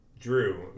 Drew